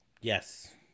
Yes